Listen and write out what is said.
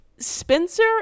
spencer